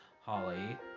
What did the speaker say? Holly